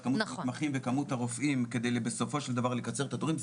כמות המתמחים וכמות הרופאים כדי בסופו של דבר לקצר את התורים.